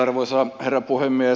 arvoisa herra puhemies